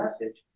message